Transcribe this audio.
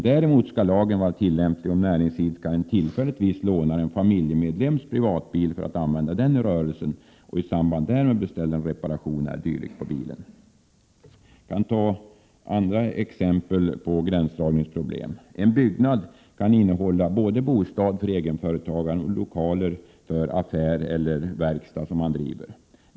Däremot skall lagen vara tillämplig om näringsidkaren tillfälligt lånar en familjemedlems privata bil för att använda den i rörelsen och i samband därmed t.ex. beställer reparation av bilen. Så ett annat exempel på gränsdragningsproblem. En byggnad kan innehålla både bostad för egenföretagaren och lokaler för den affär eller den verkstad som han driver.